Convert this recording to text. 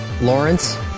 Lawrence